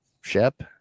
Shep